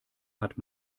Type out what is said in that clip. hat